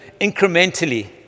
incrementally